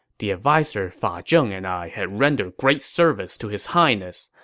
the adviser fa ah zheng and i had rendered great service to his highness,